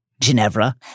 Ginevra